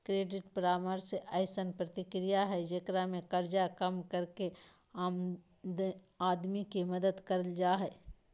credit परामर्श अइसन प्रक्रिया हइ जेकरा में कर्जा कम करके आदमी के मदद करल जा हइ